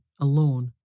alone